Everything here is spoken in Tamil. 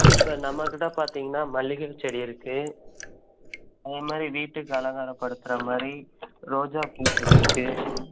இப்போ நம்மக்கிட்டே பார்த்தீங்கன்னா மல்லிகைச் செடி இருக்குது அது மாதிரி வீட்டுக்கு அலங்காரப்படுத்துகிற மாதிரி ரோஜாப்பூ செடி இருக்குது